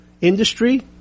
industry